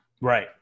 Right